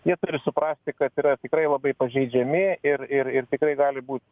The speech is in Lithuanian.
jie turi suprasti kad yra tikrai labai pažeidžiami ir ir ir tikrai gali būti